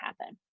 happen